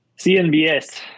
cnbs